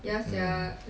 mm